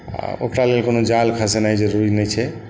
ओकरा लेल कोनो जाल खसेनाइ जरूरी नहि छै